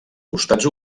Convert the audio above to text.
costats